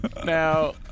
Now